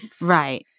Right